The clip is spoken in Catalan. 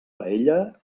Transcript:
paella